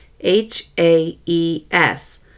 H-A-E-S